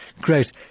Great